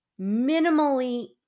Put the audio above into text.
minimally